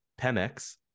Pemex